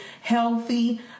healthy